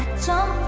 so